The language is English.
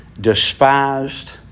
despised